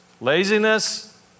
laziness